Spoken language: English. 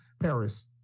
Paris